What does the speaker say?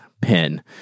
PIN